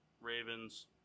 Ravens